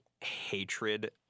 hatred